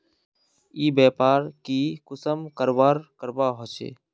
ई व्यापार की कुंसम करवार करवा होचे?